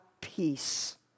peace